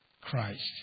Christ